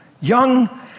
young